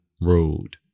road